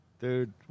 Dude